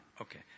Okay